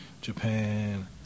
Japan